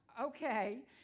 Okay